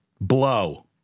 Blow